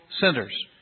centers